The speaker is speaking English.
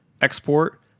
export